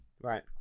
Right